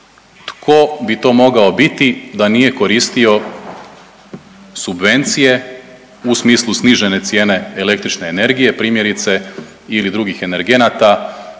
tko bi to mogao biti da nije koristio subvencije u smislu snižene cijene električne energije, primjerice ili drugih energenata